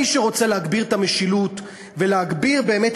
מי שרוצה להגביר את המשילות ולהגביר באמת